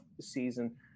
season